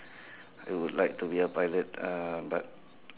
I would like to be a pilot uh but